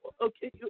okay